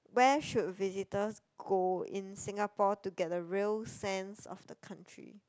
where should visitors go in Singapore to get the real sense of the country